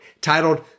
titled